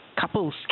couples